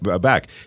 back